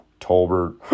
Tolbert